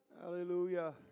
Hallelujah